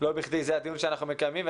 ולא בכדי זהו הדיון שאנחנו מקיימים.